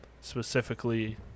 specifically